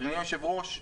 אדוני היושב-ראש,